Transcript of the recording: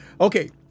Okay